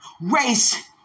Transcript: race